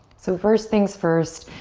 so first thing's first,